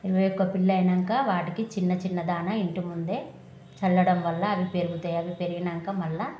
ఇరవై ఒక్క పిల్లయినంక వాటికి చిన్న చిన్న దానా ఇంటి ముందే చల్లడం వల్ల అవి పెరుగుతాయి అవి పెరిగినాక మళ్ళా